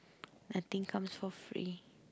nothing comes for free